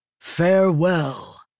Farewell